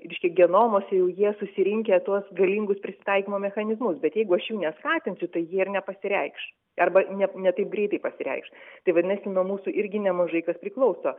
reiškia genomuose jau jie susirinkę tuos galingus prisitaikymo mechanizmus bet jeigu aš jų neskatinsiu tai jie ir nepasireikš arba ne ne taip greitai pasireikš tai vadinasi nuo mūsų irgi nemažai kas priklauso